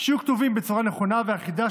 יהיו כתובים בצורה נכונה ואחידה,